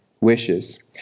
wishes